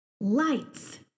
lights